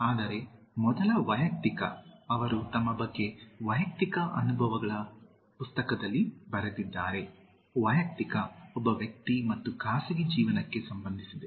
ಆದರೆ ಮೊದಲ ವೈಯಕ್ತಿಕ ಅವರು ತಮ್ಮಬಗ್ಗೆ ವೈಯಕ್ತಿಕ ಅನುಭವಗಳ ಪುಸ್ತಕದಲ್ಲಿ ಬರೆದಿದ್ದಾರೆ ವೈಯಕ್ತಿಕ ಒಬ್ಬ ವ್ಯಕ್ತಿ ಮತ್ತು ಖಾಸಗಿ ಜೀವನಕ್ಕೆ ಸಂಬಂಧಿಸಿದೆ